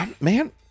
man